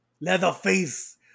Leatherface